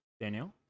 Daniel